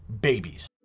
babies